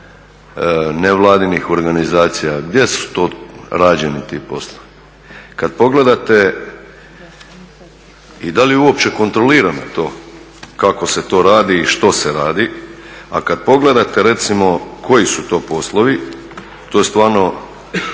nevladinih organizacija. Gdje su to rađeni ti poslovi? Kada pogledate i da li uopće kontroliramo to kako se to radi i što se radi, a kada pogledate recimo koji su to poslovi, to je stvarno